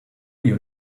you